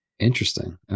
interesting